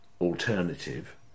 alternative